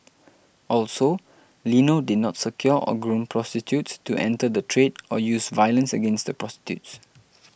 also Lino did not secure or groom prostitutes to enter the trade or use violence against the prostitutes